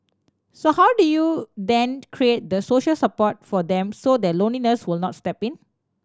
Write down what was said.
so how do you then create the social support for them so that loneliness will not step in